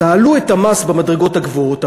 תעלו את המס במדרגות הגבוהות,